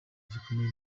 gikomeye